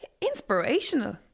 inspirational